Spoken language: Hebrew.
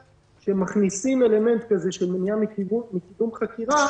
שמכניסים אלמנט כזה של מניעה מקידום חקירה,